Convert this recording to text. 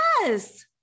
Yes